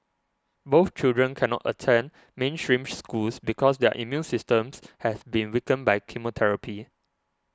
both children cannot attend mainstream schools because their immune systems have been weakened by chemotherapy